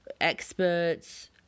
experts